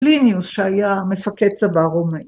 ‫פליניוס שהיה מפקד צבא רומאי.